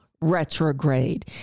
retrograde